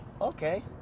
okay